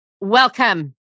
Welcome